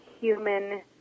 human